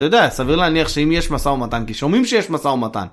אתה יודע, סביר להניח שאם יש משא ומתן, כי שומעים שיש משא ומתן.